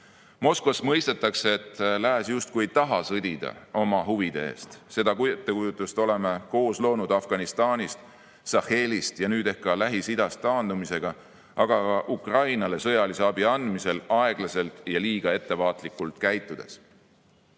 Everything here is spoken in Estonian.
Moskvas mõistetakse, et lääs justkui ei taha sõdida oma huvide eest. Seda ettekujutust oleme koos loonud Afganistanist, Sahelist ja nüüd ehk ka Lähis-Idast taandumisega, aga ka Ukrainale sõjalise abi andmisel aeglaselt ja liiga ettevaatlikult käitudes. Kartus